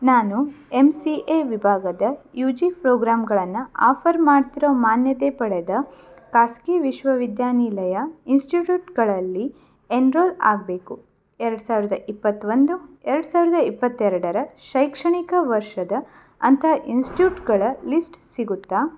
ನಾನು M C A ವಿಭಾಗದ U G ಫ್ರೋಗ್ರಾಮ್ಗಳನ್ನು ಆಫರ್ ಮಾಡ್ತಿರೋ ಮಾನ್ಯತೆ ಪಡೆದ ಖಾಸಗಿ ವಿಶ್ವವಿದ್ಯಾನಿಲಯ ಇನ್ಸ್ಟಿಟ್ಯೂಟ್ಗಳಲ್ಲಿ ಎನ್ರೋಲ್ ಆಗಬೇಕು ಎರಡು ಸಾವಿರದ ಇಪ್ಪತ್ತೊಂದು ಎರಡು ಸಾವಿರದ ಇಪ್ಪತ್ತೆರಡರ ಶೈಕ್ಷಣಿಕ ವರ್ಷದ ಅಂತಹ ಇನ್ಸ್ಟ್ಯೂಟ್ಗಳ ಲಿಸ್ಟ್ ಸಿಗತ್ತಾ